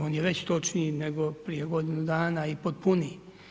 On je već točniji nego prije godinu dana i potpuniji.